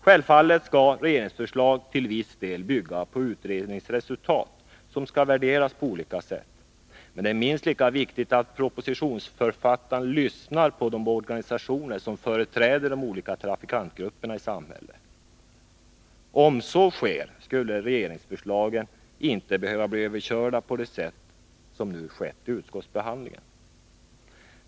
Självfallet skall regeringsförslag till viss del bygga på utredningsresultat som skall värderas på olika sätt. Men det är minst lika viktigt att propositonsförfattaren lyssnar på de organisationer som företräder de olika trafikantgrupperna i samhället. Om så sker skulle regeringsförslagen inte behöva bli överkörda på det sätt som nu skett i utskottsbehandlingen.